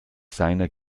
seiner